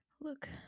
look